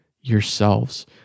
yourselves